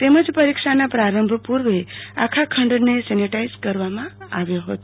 તેમજ પરિક્ષાના પ્રારંભ પૂર્વે આખા ખંડને સેનેટાઈઝ કરવામાં આવ્યો હતો